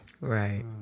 right